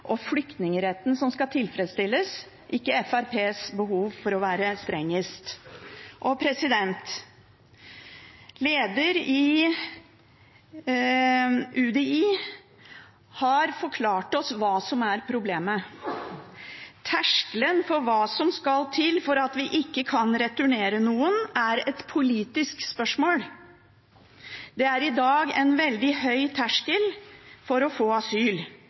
og flyktningretten som skal tilfredsstilles, ikke Fremskrittspartiets behov for å være strengest. Lederen i UDI har forklart oss hva som er problemet: Terskelen for hva som skal til for at vi ikke kan returnere noen, er et politisk spørsmål. Det er i dag en veldig høy terskel for å få asyl,